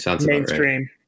mainstream